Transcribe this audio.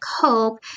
cope